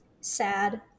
sad